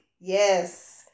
Yes